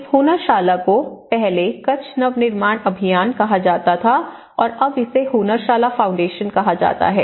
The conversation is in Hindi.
इस हुनरशाला को पहले कच्छ नव निर्माण अभियान कहा जाता था और अब इसे हुनरशाला फाउंडेशन कहा जाता है